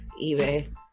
eBay